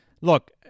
look